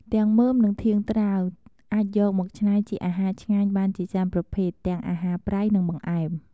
ទាំងមើម និងធាងត្រាវ អាចយកមកច្នៃជាអាហារឆ្ងាញ់បានជាច្រើនប្រភេទ ទាំងអាហារប្រៃ និងបង្អែម។